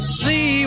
see